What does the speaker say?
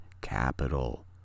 capital